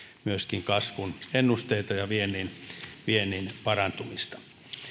myöskin kasvun ennusteita ja viennin parantumista